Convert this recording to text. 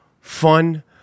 fun